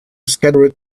scattered